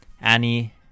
Annie